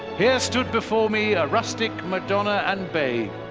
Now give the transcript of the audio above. here stood before me a rustic madonna and babe,